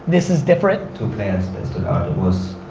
this is different? two players that stood out, it was